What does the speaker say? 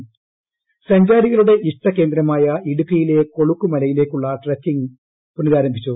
Idukki intro സഞ്ചാരികളുടെ ഇഷ്ടകേന്ദ്രമായ ഇടുക്കിയിലെ കൊളുക്കുമലയി ലേക്കുള്ള ട്രെക്കിംഗ് പുനരാരംഭിച്ചു